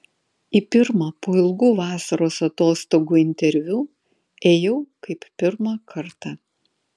į pirmą po ilgų vasaros atostogų interviu ėjau kaip pirmą kartą